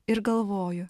ir galvoju